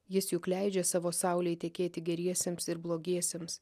jis juk leidžia savo saulei tekėti geriesiems ir blogiesiems